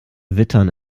wittern